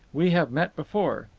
we have met before.